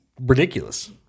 Ridiculous